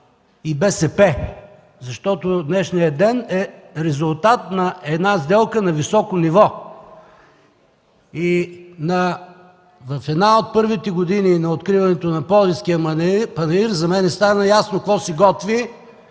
и БСП. Защото днешният ден е резултат на една сделка на високо ниво. В една от първите години на откриването на Пловдивския панаир, за мен стана ясно какво се готви.